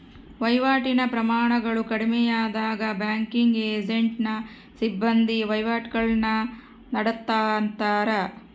ವಹಿವಾಟಿನ ಪ್ರಮಾಣಗಳು ಕಡಿಮೆಯಾದಾಗ ಬ್ಯಾಂಕಿಂಗ್ ಏಜೆಂಟ್ನ ಸಿಬ್ಬಂದಿ ವಹಿವಾಟುಗುಳ್ನ ನಡತ್ತಾರ